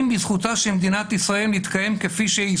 בזכותה של מדינת ישראל להתקיים כפי שהיא,